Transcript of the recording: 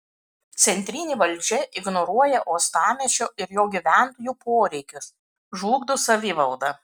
centrinė valdžia ignoruoja uostamiesčio ir jo gyventojų poreikius žlugdo savivaldą